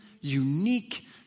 unique